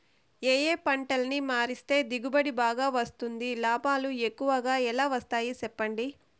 ఏ ఏ పంటలని మారిస్తే దిగుబడి బాగా వస్తుంది, లాభాలు ఎక్కువగా ఎలా వస్తాయి సెప్పండి